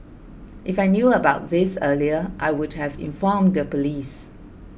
if I knew about this earlier I would have informed the police